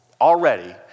already